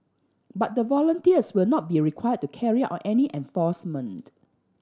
but the volunteers will not be required to carry out any enforcement